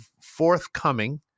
forthcoming